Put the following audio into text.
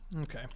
Okay